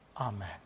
Amen